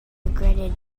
regretted